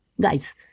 guys